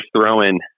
throwing